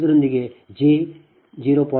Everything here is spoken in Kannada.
ಅದರೊಂದಿಗೆ j ಜೆ 0